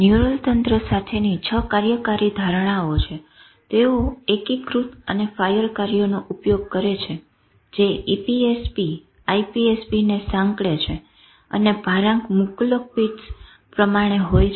neural તંત્ર સાથેની 6 કાર્યકારી ધારણાઓ છે તેઓ એકીકૃત અને ફાયર કાર્યનો ઉપયોગ કરે છે જે EPSP IPSP ને સાંકળે છે અને ભારાંક મુક્કોલોક પીટ્સ પ્રમાણે હોય છે